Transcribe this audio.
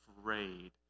afraid